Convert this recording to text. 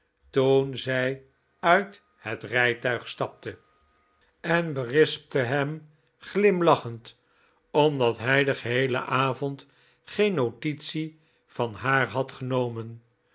toen zij uit het rijtuig stapte en berispte hem glimlachend omdat hij den geheelen avond geen notitie van haar had genomen